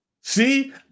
See